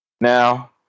Now